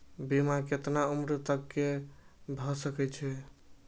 बीमा केतना उम्र तक के भे सके छै?